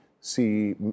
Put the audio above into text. see